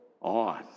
on